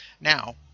now